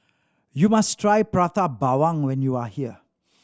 you must try Prata Bawang when you are here